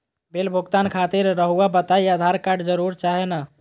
Bill भुगतान खातिर रहुआ बताइं आधार कार्ड जरूर चाहे ना?